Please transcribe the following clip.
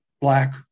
black